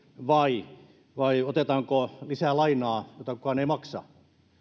vai vai otetaanko lisää lainaa jota kukaan ei maksa